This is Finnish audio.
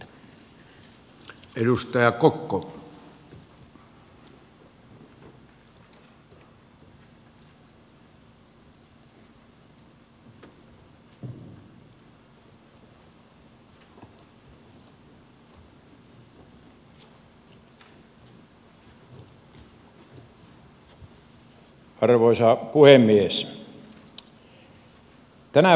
arvoisa puhemies